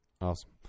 Awesome